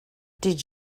did